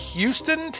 Houston